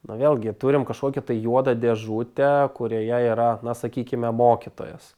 na vėlgi turim kažkokią tai juodą dėžutę kurioje yra na sakykime mokytojas